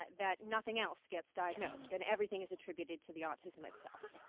that that nothing else gets diagnosed and everything is attributed to the autism itself.